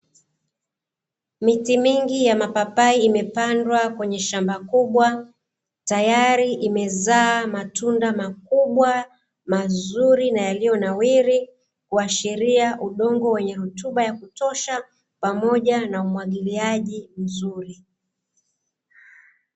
Miti mingi ya mapapai imepandwa kwenye shamba kubwa, tayari imezaa matunda makubwa mazuri na yaliyonawiri, kuashiria udongo wenye rutuba ya kutosha pamoja na umwagiliaji mzuri.